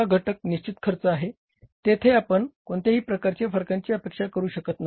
दुसरा घटक निश्चित खर्च आहे तेथे आपण कोणत्याही प्रकारच्या फरकांची अपेक्षा करू शकत नाही